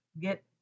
get